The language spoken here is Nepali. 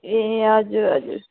ए हजुर हजुर